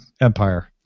Empire